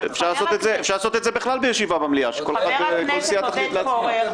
אפשר לעשות את זה בכלל בישיבה במליאה שכל סיעה תחליט לעצמה.